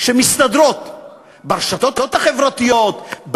שמסתדרות ברשתות החברתיות,